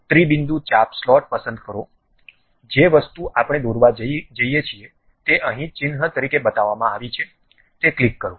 ત્રિ બિંદુ ચાપ સ્લોટ પસંદ કરો જે વસ્તુ આપણે દોરવા જઈએ છીએ તે અહીં ચિહ્ન તરીકે બતાવવામાં આવી છે તે ક્લિક કરો